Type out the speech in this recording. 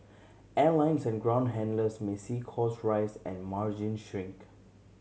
airlines and ground handlers may see costs rise and margins shrink